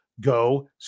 go